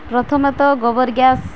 ପ୍ରଥମେ ତ ଗୋବର ଗ୍ୟାସ୍